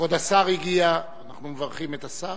כבוד השר הגיע, אנחנו מברכים את השר.